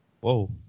Whoa